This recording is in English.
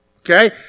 Okay